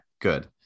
good